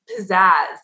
pizzazz